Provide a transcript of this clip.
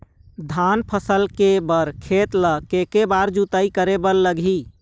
धान फसल के बर खेत ला के के बार जोताई करे बर लगही?